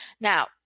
Now